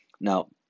Now